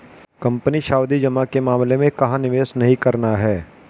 Company सावधि जमा के मामले में कहाँ निवेश नहीं करना है?